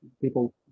people